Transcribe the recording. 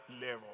level